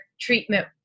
treatment